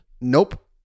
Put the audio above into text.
Nope